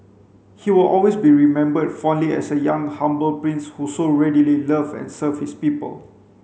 he will always be remembered fondly as a young humble prince who so readily loved and served his people